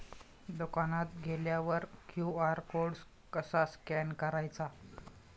दुकानात गेल्यावर QR code कसा स्कॅन करायचा?